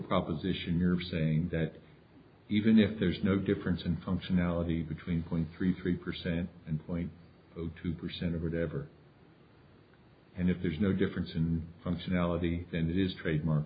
proposition you're saying that even if there's no difference in functionality between point three three percent and twenty two percent of whatever and if there's no difference in functionality and is trademark